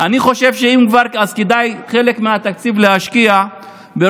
אני חושב שאם כבר אז כדאי להשקיע חלק